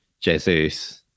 Jesus